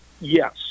Yes